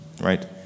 right